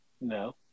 No